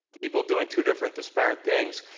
people doing two different disparate things.